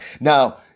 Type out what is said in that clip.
Now